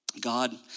God